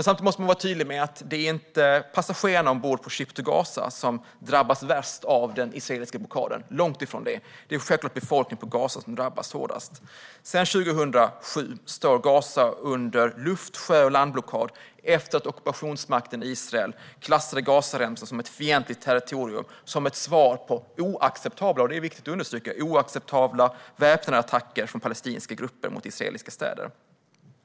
Samtidigt måste man vara tydlig med att det inte är passagerarna ombord på Ship to Gazas fartyg som drabbas värst av den israeliska blockaden - långt ifrån det. Det är självklart befolkningen i Gaza som drabbas hårdast. Sedan 2007 står Gaza under luft-, sjö och landblockad efter att ockupationsmakten Israel klassat Gazaremsan som ett fientligt territorium som ett svar på oacceptabla - det är viktigt att understryka - väpnade attacker från palestinska grupper mot israeliska städer.